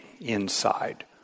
inside